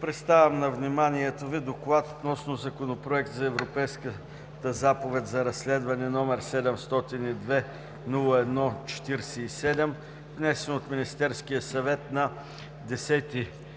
представям на вниманието Ви: „Доклад относно Законопроект за Европейската заповед за разследване, № 702-01-47, внесен от Министерския съвет на 10 ноември